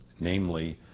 namely